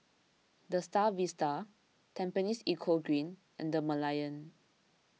the Star Vista Tampines Eco Green and the Merlion